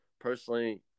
personally